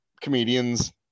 comedians